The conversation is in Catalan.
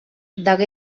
degué